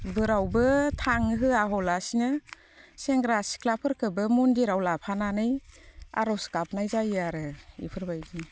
बोरावबो थांनो होआलासिनो सेंग्रा सिख्लाफोरखोबो मन्दिराव लाफानानै आर'ज गाबनाय जायो आरो इफोरबायदि